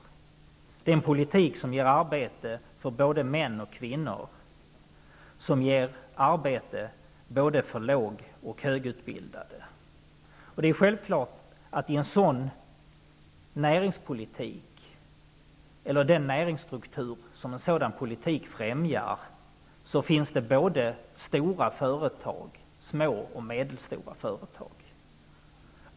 Det är en politik som ger arbete för både män och kvinnor, för både lågutbildade och högutbildade. I den näringsstruktur som en sådan politik främjar finns det såväl stora företag som små och medelstora.